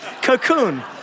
Cocoon